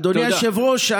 אדוני היושב-ראש,